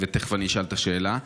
ותכף אני אשאל את השאלה.